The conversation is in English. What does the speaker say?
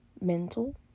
mental